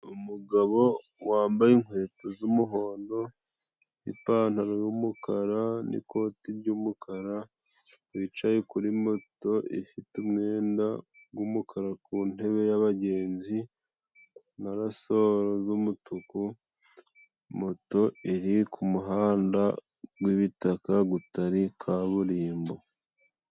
Umugabo wambaye inkweto z'umuhondo, n'ipantaro y'umukara, n'ikoti ry'umukara, bicaye kuri moto ifite umwenda g'umukara ku ntebe y'abagenzi, na rasoro z'umutuku. Moto iri ku muhanda gw'ibitaka, gutari kaburimbo